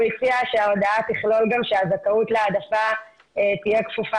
הוא הציע שההודעה תכלול גם שהזכאות להעדפה תהיה כפופה